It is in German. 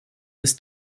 bis